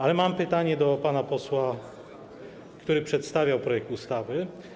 Ale mam pytanie do pana posła, który przedstawiał projekt ustawy.